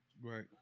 Right